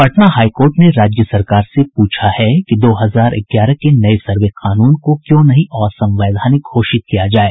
Patna high court ने राज्य सरकार से पूछा है कि दो हजार ग्यारह के नये सर्वे कानून को क्यों नहीं असंवैधानिक घोषित किया जाये